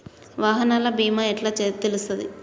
వాహనాల బీమా ఎట్ల తెలుస్తది?